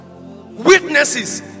witnesses